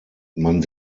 man